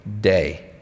day